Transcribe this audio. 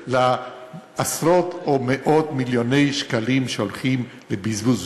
לעשרות או מאות מיליוני שקלים שהולכים לבזבוז.